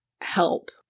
help